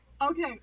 Okay